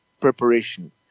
preparation